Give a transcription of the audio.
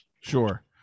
Sure